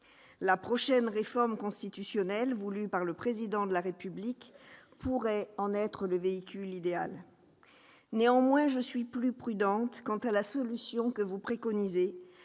La prochaine réforme constitutionnelle, voulue par le Président de la République, pourrait en être le véhicule idéal. Je reste néanmoins plus prudente quant à la solution préconisée,